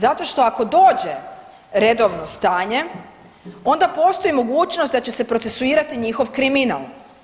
Zato što ako dođe redovno stanje, onda postoji mogućnost da će se procesuirati njihov kriminal.